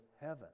heaven